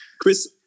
Chris